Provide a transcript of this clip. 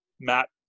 matt